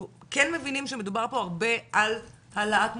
אנחנו כן מבינים שמדובר פה הרבה על העלאת מודעות,